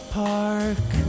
park